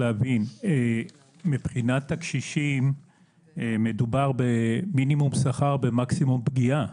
מבחינת הקשישים מדובר במינימום שכר במקסימום פגיעה,